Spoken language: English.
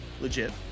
legit